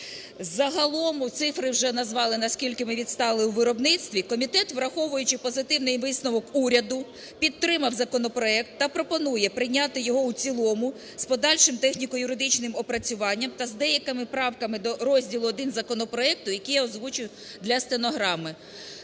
Загалом цифри вже назвали, наскільки ми відстали у виробництві. Комітет, враховуючи позитивний висновок уряду, підтримав законопроект та пропонує прийняти його у цілому з подальшим техніко-юридичним опрацюванням та з деякими правками до розділу І законопроекту, який я озвучу для стенограми.